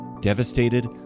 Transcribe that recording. devastated